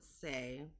say